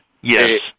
yes